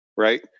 Right